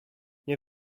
nie